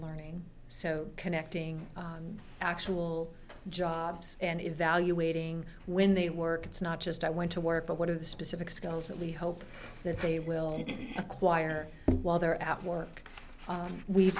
learning so connecting actual jobs and evaluating when they work it's not just i want to work but what are the specific skills that we hope that they will acquire while they're out work we've